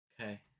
Okay